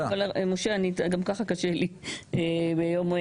משה, גם כך קשה לי כי אני